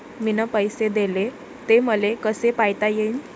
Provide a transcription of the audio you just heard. मिन पैसे देले, ते मले कसे पायता येईन?